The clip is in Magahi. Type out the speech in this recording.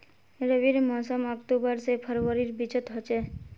रविर मोसम अक्टूबर से फरवरीर बिचोत होचे